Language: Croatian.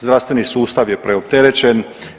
Zdravstveni sustav je preopterećen.